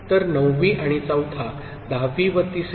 तर 9 वी आणि 4 था दहावी व तिसरी